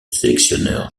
sélectionneur